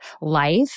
life